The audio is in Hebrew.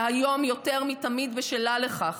שהיום יותר מתמיד בשלה לכך.